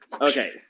Okay